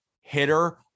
hitter